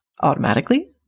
automatically